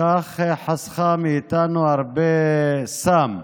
וכך חסכה מאתנו הרבה סם,